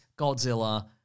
Godzilla